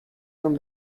from